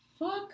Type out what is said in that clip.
fuck